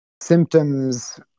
symptoms